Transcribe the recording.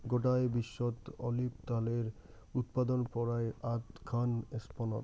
গোটায় বিশ্বত অলিভ ত্যালের উৎপাদন পরায় আধঘান স্পেনত